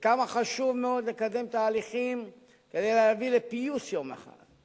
וכמה חשוב מאוד לקדם תהליכים כדי להביא לפיוס יום אחד,